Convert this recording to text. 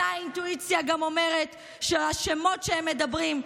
אותה אינטואיציה גם אומרת שהשמות שהם מדברים,